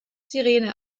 sirene